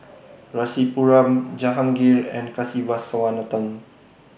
Rasipuram Jahangir and Kasiviswanathan